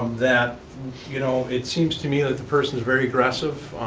um that you know it seems to me that the person is very aggressive,